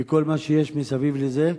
וכל מה שיש מסביב לזה.